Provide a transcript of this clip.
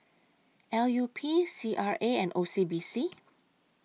L U P C R A and O C B C